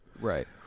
Right